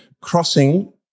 crossing